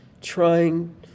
trying